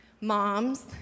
moms